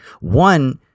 One